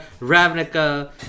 ravnica